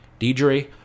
Deidre